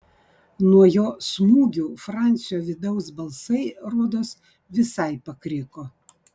nuo jo smūgių francio vidaus balsai rodos visai pakriko